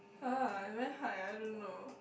(huh) very hard eh I don't know